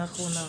האחרונה.